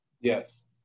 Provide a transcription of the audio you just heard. Yes